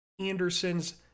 Anderson's